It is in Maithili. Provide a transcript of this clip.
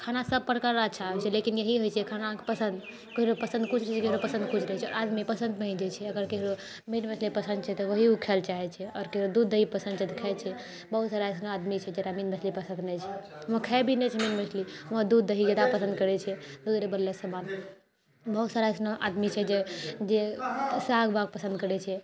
खाना सभ प्रकारर अच्छा होइत छै लेकिन यही होइत छै खानाके पसन्द केकरो पसन्द कुछ रहैत छै केकरो पसन्द कुछ रहैत छै आदमी पसन्द पर ही जीयैत छै अगर केकरो मीट मछली पसन्द छै तऽ वही ओ खाय लऽ चाहैत छै आओर केकरो दूध दही पसन्द छै तऽ खाइत छै बहुत सारा एसनो आदमी छै जकरा मीट मछली पसन्द नहि छै ओ खाइ भी नहि छै मीट मछली वहाँ दूध दही जादा पसन्द करैत छै दूध दहीर बनल समान बहुत सारा अइसनो आदमी छै जे जे साग वाग पसन्द करैत छै